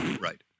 Right